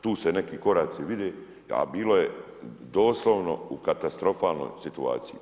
Tu se neki koraci vide, a bilo je doslovno u katastrofalnoj situaciji.